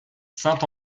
saint